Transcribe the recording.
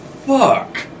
Fuck